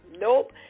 Nope